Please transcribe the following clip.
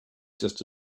just